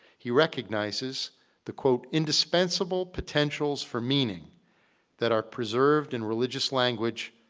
he recognizes the, quote, indispensable potentials for meaning that are preserved in religious language,